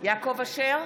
יעקב אשר,